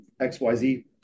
XYZ